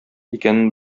икәнен